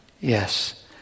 Yes